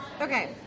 Okay